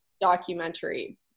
documentary